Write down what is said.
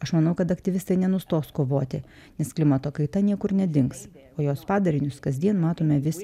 aš manau kad aktyvistai nenustos kovoti nes klimato kaita niekur nedings o jos padarinius kasdien matome vis